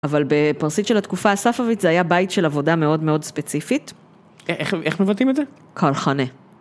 אבל בפרסית של התקופה הספאבית, זה היה בית של עבודה מאוד מאוד ספציפית. איך מבטאים את זה? כלחנה.